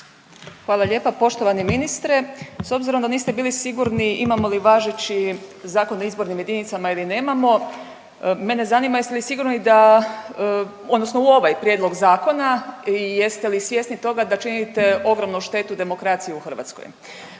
Hvala lijepa. Poštovani ministre, s obzirom da niste bili sigurni imamo li važeći Zakon o izbornim jedinicama ili nemamo mene zanima jeste li sigurni da odnosno u ovaj prijedlog zakona i jeste li svjesni toga da činite ogromnu štetu demokraciji u Hrvatskoj.